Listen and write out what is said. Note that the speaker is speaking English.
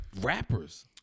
rappers